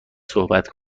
صحبت